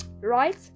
right